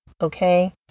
Okay